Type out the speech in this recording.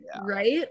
Right